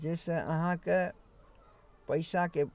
जाहिसँ अहाँके पइसाके